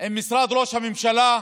משרד ראש הממשלה,